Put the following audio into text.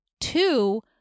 two